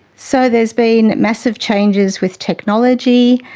so there's been massive changes with technology,